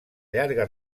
llarga